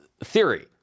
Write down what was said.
theory